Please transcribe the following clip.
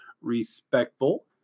respectful